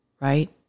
Right